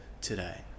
today